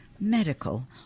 Medical